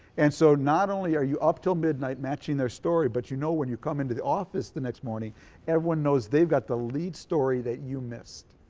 and so not only are you up until midnight matching their story, but you know when you come into the office the next morning everyone knows they've got the lead story that you missed.